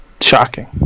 Shocking